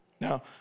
Now